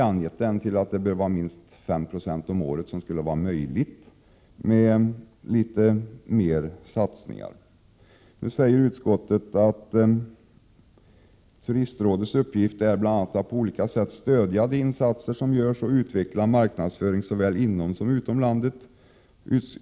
Vi anser att en ökning av antalet turister från utlandet med 5 26 om året skulle vara möjligt om ytterligare satsningar gjordes. Nu säger utskottet att Turistrådets uppgift bl.a. är att på olika sätt stödja de insatser som görs och utveckla marknadsföringen såväl inom som utom landet.